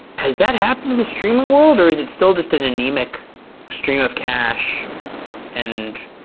has that happened in the streaming world or is it still just an anemic stream of cash and